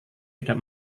tidak